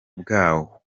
bwawo